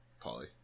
Polly